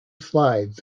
slides